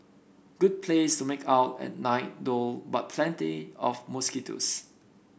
good place to make out at night though but plenty of mosquitoes